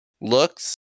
Looks